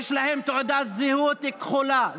יש להם תעודת זהות כחולה.